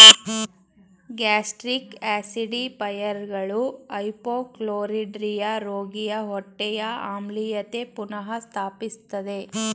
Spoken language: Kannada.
ಗ್ಯಾಸ್ಟ್ರಿಕ್ ಆಸಿಡಿಫೈಯರ್ಗಳು ಹೈಪೋಕ್ಲೋರಿಡ್ರಿಯಾ ರೋಗಿಯ ಹೊಟ್ಟೆಯ ಆಮ್ಲೀಯತೆ ಪುನಃ ಸ್ಥಾಪಿಸ್ತದೆ